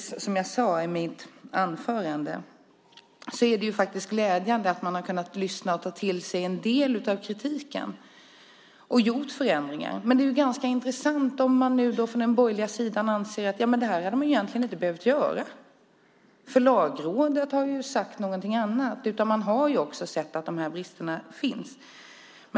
Som jag sade i mitt anförande är det glädjande att man har kunnat lyssna och ta till sig en del av kritiken och har gjort förändringar. Men det är ganska intressant om man nu från den borgerliga sidan anser att det här hade man egentligen inte behövt göra därför att Lagrådet har sagt något annat och har sett att de här bristerna finns.